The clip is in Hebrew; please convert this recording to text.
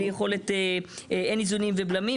בהתייעצות עם הנגיד ועם הרשות,